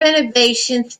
renovations